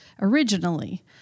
originally